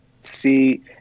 see